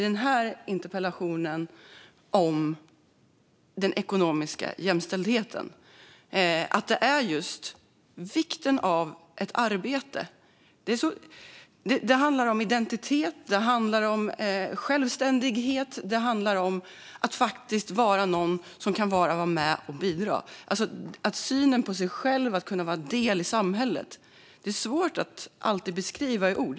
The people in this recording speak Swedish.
Den här interpellationen handlar om den ekonomiska jämställdheten och vikten av ett arbete. Det handlar om identitet och självständighet och att vara någon som kan vara med att bidra. Den handlar om synen på sig själv och att kunna vara en del av samhället. Det är svårt att alltid beskriva i ord.